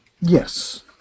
Yes